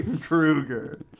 Krueger